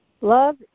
Love